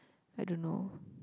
I don't know